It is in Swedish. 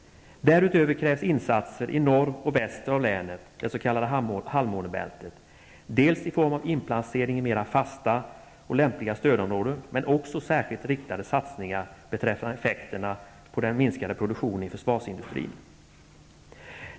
Därutöver krävs insatser i norr och väster av länet, det s.k. halvmånebältet, dels i form av inplacering i mera fasta och lämpliga stödområden, dels också särskilt riktade satsningar med anledning av effekterna av minskningen av produktionen i försvarsindustrin.